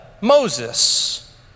Moses